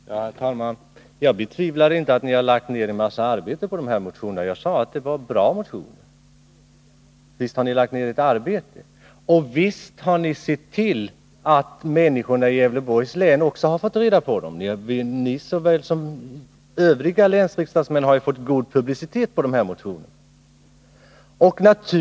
Herr talman! Jag betvivlar inte att ni har lagt ned mycket arbete på dessa motioner. Jag sade också att det var bra motioner. Visst har ni även sett till att människorna i Gävleborgs lä har fått vetskap om dessa motioner. Ni såväl som övriga länsriksdagsmän har ju fått god publicitet med anledning av dem.